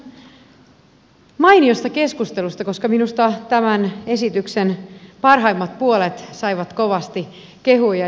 kiitän mainiosta keskustelusta koska minusta tämän esityksen parhaimmat puolet saivat kovasti kehuja